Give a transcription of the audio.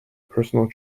personal